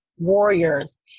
warriors